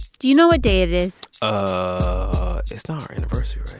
do you know what day it is? it's not our anniversary,